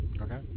Okay